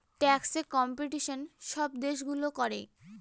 ট্যাক্সে কম্পিটিশন সব দেশগুলো করে